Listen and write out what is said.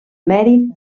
mèrit